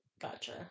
Gotcha